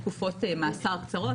סדר-היום.